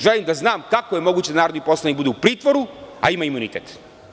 Želim da znam, kako je moguće da narodni poslanik bude u pritvoru, a ima imunitet.